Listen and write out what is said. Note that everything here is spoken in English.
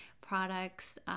products